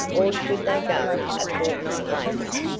or should they go a fortnight later,